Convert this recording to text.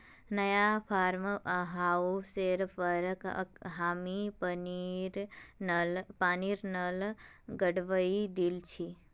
नया फार्म हाउसेर पर हामी पानीर नल लगवइ दिल छि